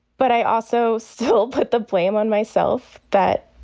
but i also still put the blame on myself that